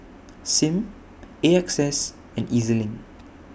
SIM A X S and E Z LINK